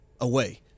away